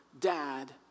dad